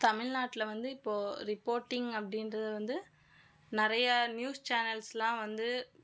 தமிழ்நாட்டுல வந்து இப்போது ரிபோட்டிங் அப்படின்றது வந்து நிறைய நியூஸ் சேனல்ஸுலாம் வந்து